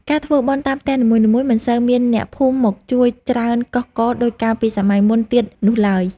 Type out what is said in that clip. ការធ្វើបុណ្យតាមផ្ទះនីមួយៗមិនសូវមានអ្នកភូមិមកជួយច្រើនកុះករដូចកាលពីសម័យមុនទៀតនោះឡើយ។